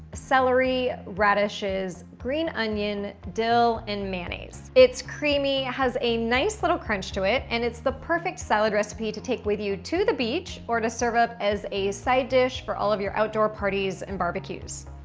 celery, radishes, green onion, dill, and mayonnaise. it's creamy, has a nice little crunch to it, and it's the perfect salad recipe to take with you to the beach or to serve up as a side dish for all of your outdoor parties and barbecues.